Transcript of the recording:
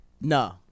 No